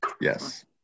Yes